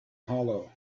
hollow